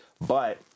But-